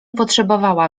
potrzebowała